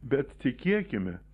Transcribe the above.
bet tikėkime